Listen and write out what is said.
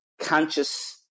conscious